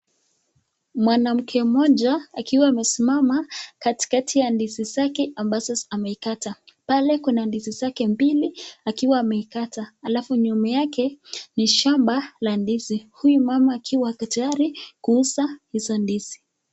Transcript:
Mwanamke mmoja akiwa amesimama katikati ya ndizi zake ambazo amekata. Pale kuna ndizi zake mbili akiwa ameikata alafu nyuma yake ni shamba la ndizi, huyu mama akiwa ako tayari kuuza hizo ndizi.